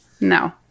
no